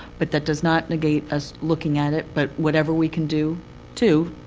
but that does not negate us looking at it. but whatever we can do too,